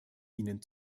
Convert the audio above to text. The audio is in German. ihnen